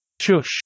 Shush